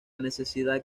necesidad